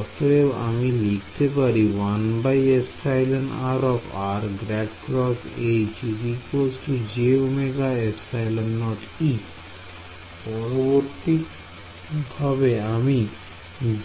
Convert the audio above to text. অতএব আমি লিখতে পারি পরবর্তী হবে আমি